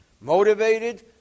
motivated